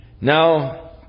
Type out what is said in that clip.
Now